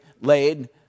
laid